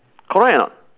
correct or not